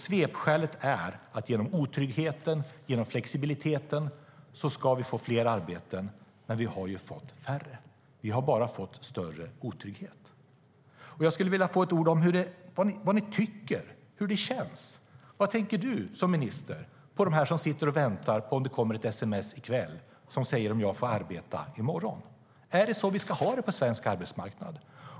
Svepskälet är att vi genom otryggheten och flexibiliteten ska få fler arbeten. Men i själva verket har det blivit färre. Vi har bara fått större otrygghet. Jag skulle vilja få höra några ord om vad ni tycker och hur det känns. Vad tänker du som minister om dem som sitter och väntar på att det ska komma ett sms i kväll som säger om de får arbeta i morgon? Är det så vi ska ha det på svensk arbetsmarknad?